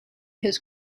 his